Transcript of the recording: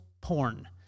porn